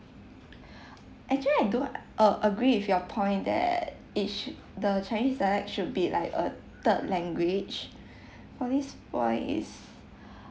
actually I don't uh agree with your point that it sh~ the chinese dialect should be like a third language for this point is